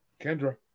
Kendra